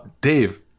dave